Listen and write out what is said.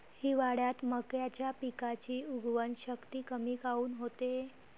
हिवाळ्यात मक्याच्या पिकाची उगवन शक्ती कमी काऊन होते?